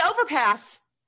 overpass